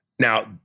Now